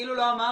כאילו לא אמרת,